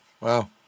Wow